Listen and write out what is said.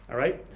right.